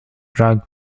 drug